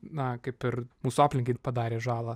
na kaip ir mūsų aplinkai padarė žalą